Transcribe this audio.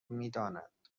میداند